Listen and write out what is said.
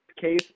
case